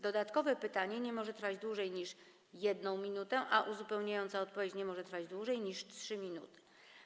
Dodatkowe pytanie nie może trwać dłużej niż 1 minutę, a uzupełniająca odpowiedź nie może trwać dłużej niż 3 minuty.